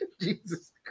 Jesus